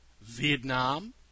Vietnam